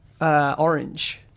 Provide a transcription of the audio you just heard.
Orange